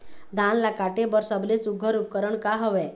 धान ला काटे बर सबले सुघ्घर उपकरण का हवए?